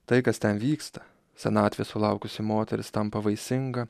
tai kas ten vyksta senatvės sulaukusi moteris tampa vaisinga